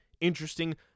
interesting